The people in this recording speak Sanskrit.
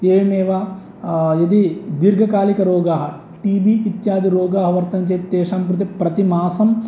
एवमेव यदि दीर्घकालिकरोगाः टी बि इत्यादि रोगाः वर्तन्ते तेषां कृते प्रतिमासं